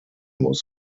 was